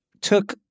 took